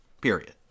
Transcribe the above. Period